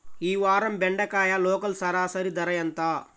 ఈ వారం బెండకాయ లోకల్ సరాసరి ధర ఎంత?